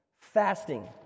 Fasting